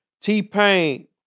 T-Pain